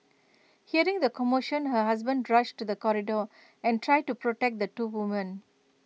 hearing the commotion her husband rushed to the corridor and tried to protect the two women